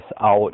out